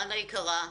חנה יקרה,